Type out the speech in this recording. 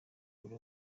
buri